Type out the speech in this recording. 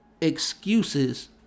excuses